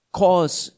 cause